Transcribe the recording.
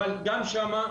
אבל גם שם,